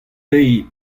dezhi